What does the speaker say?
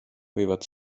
võivad